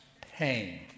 pain